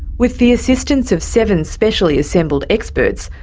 with the assistance of seven specially assembled experts,